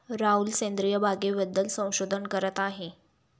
राहुल सेंद्रिय बागेबद्दल संशोधन करत आहे